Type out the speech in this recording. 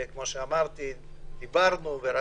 למתחסנים ומחלימים